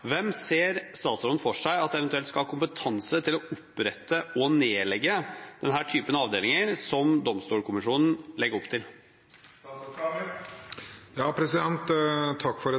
Hvem ser statsråden for seg at eventuelt skal ha kompetanse til å opprette og nedlegge denne typen avdelinger som Domstolkommisjonen legger opp til?» Takk for